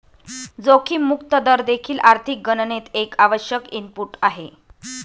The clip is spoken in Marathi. जोखीम मुक्त दर देखील आर्थिक गणनेत एक आवश्यक इनपुट आहे